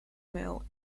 mill